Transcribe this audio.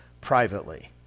privately